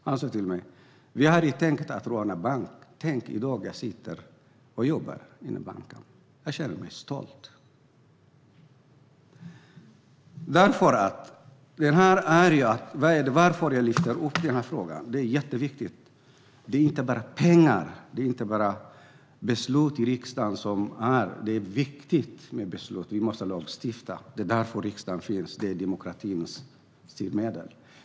Han sa till mig: Jag hade tänkt att råna banker, tänk, i dag sitter jag och jobbar i en bank - jag känner mig stolt. Jag lyfter upp den här frågan därför att den är jätteviktig. Det handlar inte bara om pengar, inte bara om beslut i riksdagen, även om det är viktigt med beslut, eftersom vi måste lagstifta - det är därför riksdagen finns, det är demokratins styrmedel.